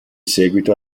seguito